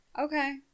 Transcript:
Okay